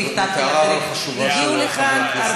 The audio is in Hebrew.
כי זאת הערה מאוד חשובה של חבר הכנסת מאיר כהן.